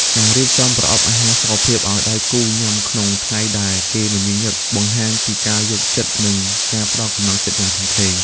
ការរៀបចំប្រអប់អាហារសុខភាពឱ្យដៃគូញ៉ាំក្នុងថ្ងៃដែលគេមមាញឹក បង្ហាញពីការយល់ចិត្ត និងការផ្ដល់កម្លាំងចិត្តយ៉ាងធំធេង។